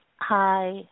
Hi